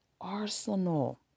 arsenal